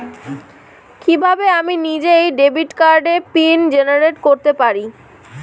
কিভাবে আমি নিজেই ডেবিট কার্ডের পিন জেনারেট করতে পারি?